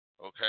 okay